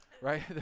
right